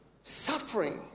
suffering